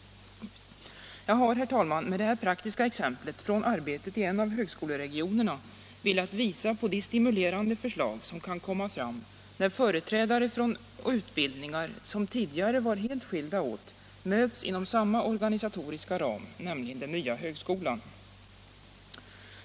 Jag har, herr talman, med det här praktiska exemplet från arbetet i en av högskoleregionerna velat visa på de stimulerande förslag som kan komma fram när företrädare för utbildningar som tidigare var helt skilda åt möts inom samma organisatoriska ram, nämligen den nya högskolan.